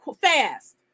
fast